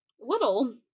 Little